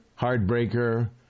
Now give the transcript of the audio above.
heartbreaker